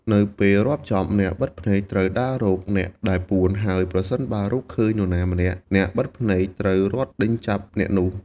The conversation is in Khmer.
នៅពេលរាប់ចប់ អ្នកបិទភ្នែកត្រូវដើររកអ្នកដែលពួន ហើយប្រសិនបើរកឃើញនរណាម្នាក់ អ្នកបិទភ្នែកត្រូវរត់ដេញចាប់អ្នកនោះ។